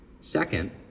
Second